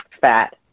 fat